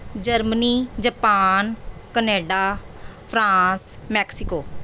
Germany Japan Canada France Mexico